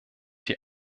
die